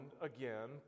again